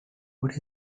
what